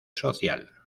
social